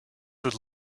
would